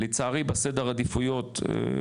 לצערי זה לא היה בסדר העדיפויות בכנסת